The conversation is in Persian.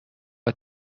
این